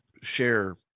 share